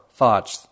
thoughts